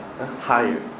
Higher